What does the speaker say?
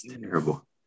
terrible